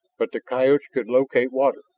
but the coyotes could locate water.